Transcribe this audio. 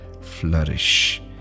flourish